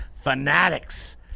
Fanatics